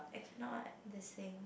I cannot this thing